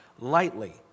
lightly